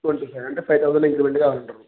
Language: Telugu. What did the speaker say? ంట స అంటేైవ్థౌజం ఎంటికవంేవంటన్నారు